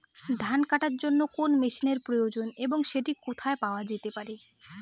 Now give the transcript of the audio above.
ধান কাটার জন্য কোন মেশিনের প্রয়োজন এবং সেটি কোথায় পাওয়া যেতে পারে?